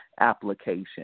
application